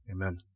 Amen